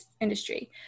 industry